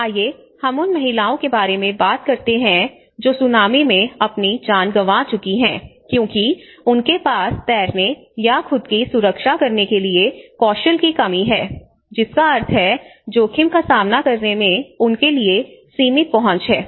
आइए हम उन महिलाओं के बारे में बात करते हैं जो सुनामी में अपनी जान गंवा चुकी हैं क्योंकि उनके पास तैरने या खुद की सुरक्षा करने के लिए कौशल की कमी है जिसका अर्थ है जोखिम का सामना करने में उनके लिए सीमित पहुंच है